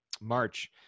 March